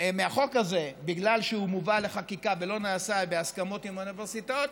מהחוק הזה בגלל שהוא מובא לחקיקה ולא נעשה בהסכמות עם האוניברסיטאות,